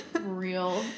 Real